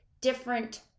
different